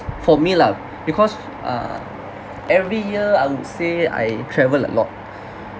for me lah because err every year I would say I travel a lot